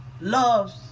loves